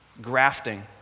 Grafting